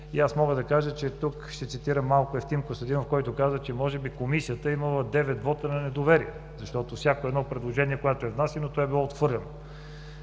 парламента поред и тук ще цитирам малко Евтим Костадинов, който каза, че може би Комисията е имала девет вота на недоверие, защото всяко едно предложение, когато е внасяно, е било отхвърляно.